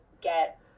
get